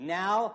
now